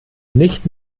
nicht